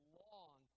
long